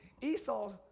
Esau